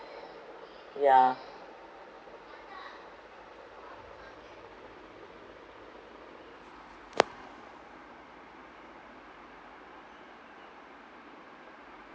yeah